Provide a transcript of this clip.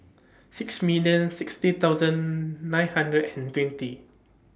six million sixty thousand nine hundred and twenty